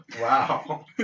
Wow